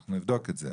אנחנו נבדוק את זה,